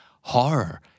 Horror